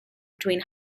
between